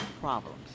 problems